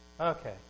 Okay